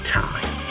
time